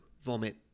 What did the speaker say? vomit